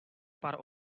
pár